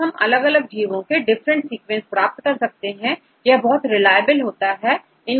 तो हम अलग अलग जीवो के डिफरेंट सीक्वेंसेस प्राप्त कर सकते हैं यह बहुत रिलायबल होता है